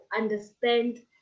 understand